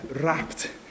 wrapped